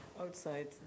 outside